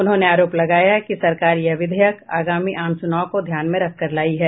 उन्होंने आरोप लगाया कि सरकार यह विधेयक आगामी आम चुनाव को ध्यान में रखकर लाई है